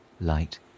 light